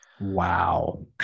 Wow